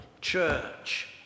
church